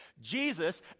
Jesus